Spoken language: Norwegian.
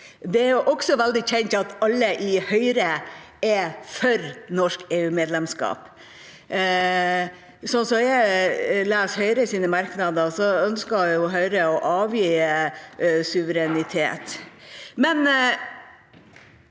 Det er også veldig kjent at alle i Høyre er for norsk EUmedlemskap. Slik jeg leser Høyres merknader, ønsker Høyre å avgi suverenitet.